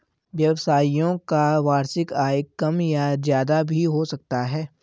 व्यवसायियों का वार्षिक आय कम या ज्यादा भी हो सकता है